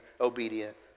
obedient